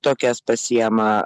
tokias pasiėma